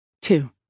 Two